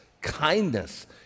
kindness